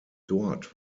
dort